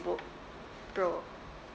macbook pro